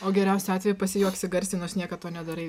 o geriausiu atveju pasijuoksi garsiai nors niekad to nedarai